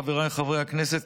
חבריי חברי הכנסת,